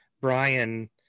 Brian